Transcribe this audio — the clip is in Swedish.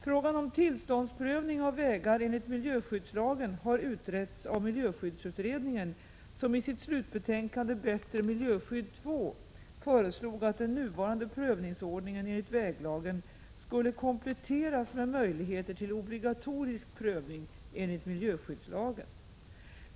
Frågan om tillståndsprövning av vägar enligt miljöskyddslagen har utretts av miljöskyddsutredningen, som i sitt slutbetänkande Bättre miljöskydd II föreslog att den nuvarande prövningsordningen enligt väglagen skulle kompletteras med möjligheter till obligatorisk prövning enligt miljöskyddslagen.